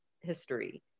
history